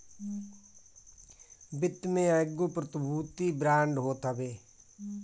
वित्त में एगो प्रतिभूति बांड होत हवे